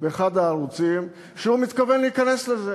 באחד הערוצים שהוא מתכוון להיכנס לזה,